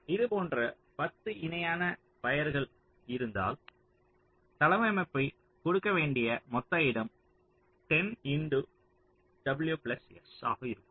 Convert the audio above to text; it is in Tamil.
இதுபோன்ற 10 இணையான வயர்கள் இருந்தால் தளவமைப்புக்கு கொடுக்க வேண்டிய மொத்த இடம் 10 w s ஆக இருக்கும்